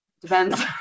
Depends